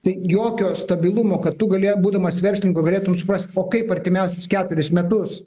tai jokio stabilumo kad tu gali būdamas verslininku norėtum suprast o kaip artimiausius keturis metus